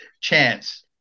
chance